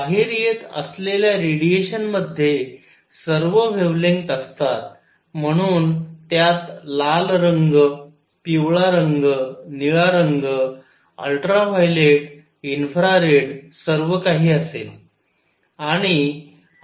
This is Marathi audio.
बाहेर येत असलेल्या रेडिएशनमध्ये सर्व वेव्हलेंग्थ असतात म्हणून त्यात लाल रंग पिवळा रंग निळा रंग अल्ट्रा व्हायलेट इन्फ्रारेड सर्वकाही असेल